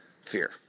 Fear